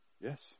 Yes